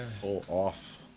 Pull-off